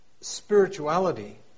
spirituality